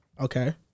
Okay